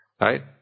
Right